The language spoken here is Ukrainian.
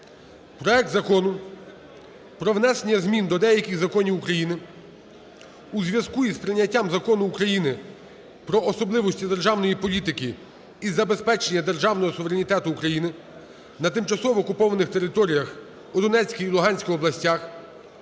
проект Закону про внесення змін до деяких законів України у зв'язку із прийняттям Закону України "Про особливості державної політики із забезпечення державного суверенітету України та тимчасово окупованих територіях у Донецькій та Луганській областях"